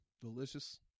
Delicious